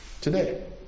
today